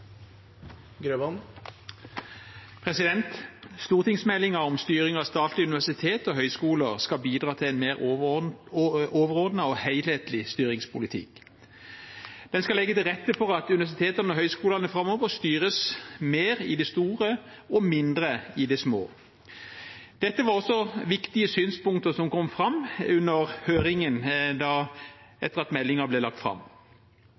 skal legge til rette for at universitetene og høyskolene framover styres mer i det store og mindre i det små. Dette var også viktige synspunkter som kom fram under høringen etter at meldingen ble lagt fram.